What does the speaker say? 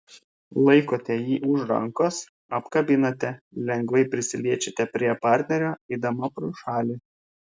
laikote jį už rankos apkabinate lengvai prisiliečiate prie partnerio eidama pro šalį